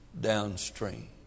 downstream